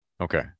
Okay